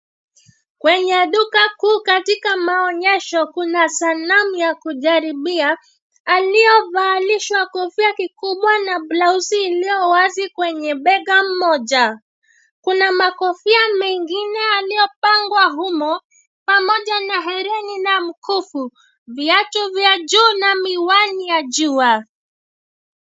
Kwenye duka kuu katika maonyesho kuna sanamu ya kujaribia aliyo valishwa kofia kikubwa na blauzi iliyowazi kwenye bega moja. Kuna kofia zingine zilizopangwa humo pamoja na herini na mkufu. Viatu vya juu na miwani ya jua.